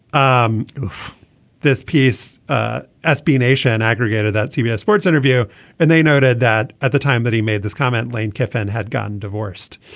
um this piece ah sb nation aggregator that cbs sports interview and they noted that at the time that he made this comment lane kiffin had gotten divorced.